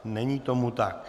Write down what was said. Není tomu tak.